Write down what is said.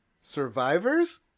survivors